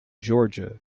georgia